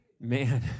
Man